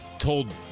told